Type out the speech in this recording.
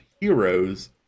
heroes